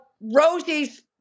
Rosie's